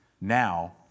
Now